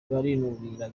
barinubira